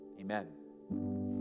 amen